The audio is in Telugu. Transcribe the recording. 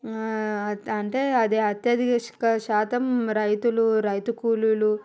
అంటే అదే అత్యధిక శాతం రైతులు రైతు కూలీలు